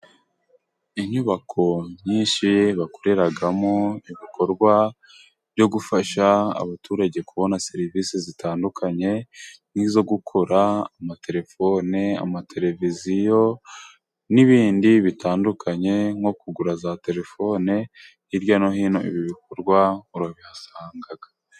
Inyubako nyinshi bakoreramo ibikorwa byo gufasha abaturage, kubona serivisi zitandukanye nk'izo gukora amatelefoni, amateleviziyo n'ibindi bitandukanye, nko kugura za telefone. Hirya no hino ibi bikorwa urabihasanga.